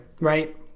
right